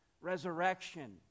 resurrection